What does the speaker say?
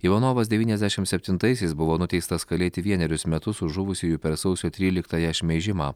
ivanovas devyniasdešim septintaisiais buvo nuteistas kalėti vienerius metus už žuvusiųjų per sausio tryliktąją šmeižimą